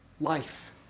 life